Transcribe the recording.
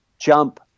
Jump